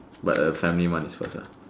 but the family one is first ah